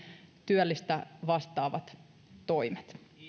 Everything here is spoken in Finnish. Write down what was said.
työllistä vastaavat toimet